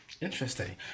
Interesting